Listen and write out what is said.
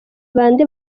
bande